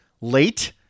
late